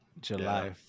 July